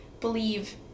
believe